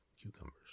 cucumbers